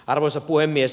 arvoisa puhemies